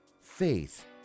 faith